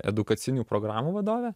edukacinių programų vadovė